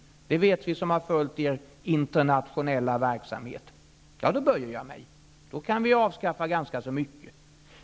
Det vet vi som har följt er internationella verksamhet. Då kan vi avskaffa ganska mycket.